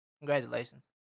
Congratulations